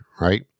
right